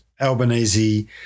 Albanese